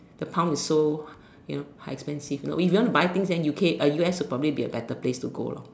the pound is so you know are expensive you know if you want to buy things then U_K uh U_S would probably a better place to go loh